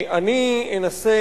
אני אנסה,